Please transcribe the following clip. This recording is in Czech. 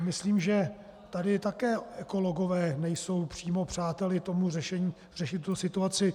Myslím, že tady také ekologové nejsou přímo přáteli tomu řešení, řešit tu situaci.